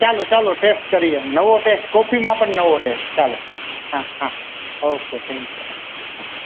ચાલો ચાલો ટેસ્ટ કરીએ નવો ટેસ્ટ કોફીમાં પણ નવો ટેસ્ટ ચાલો હા હા ઓકે થેન્ક યૂ હા